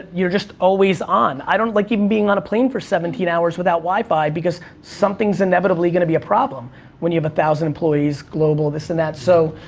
you're just always on, i don't like even being on a plane for seventeen hours without wifi, because something's inevitably gonna be a problem when you have one thousand employees, global this and that, so.